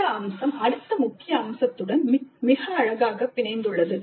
இந்த அம்சம் அடுத்த முக்கிய அம்சத்துடன் அழகாக பிணைந்துள்ளது